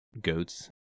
goats